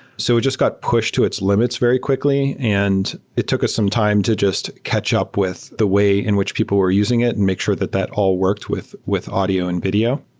so we just got pushed to its limits very quickly and it took us some time to just catch up with the way in which people were using it and make sure that that all worked with with audio and video.